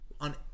on